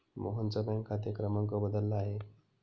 मोहनचा बँक खाते क्रमांक बदलला आहे